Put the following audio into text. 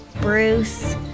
Bruce